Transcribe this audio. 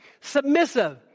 submissive